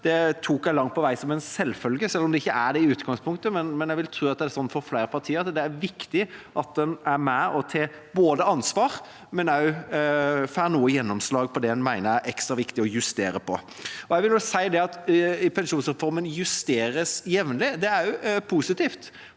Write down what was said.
dette, tok jeg langt på vei som en selvfølge, selv om det ikke er det i utgangspunktet. Jeg vil tro at det er sånn for flere partier. Det er viktig at en er med og tar ansvar, men også at en får noe gjennomslag for det en mener er ekstra viktig å justere på. Det at pensjonsreformen justeres jevnlig, er også positivt,